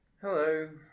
hello